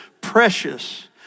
precious